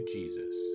Jesus